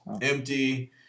empty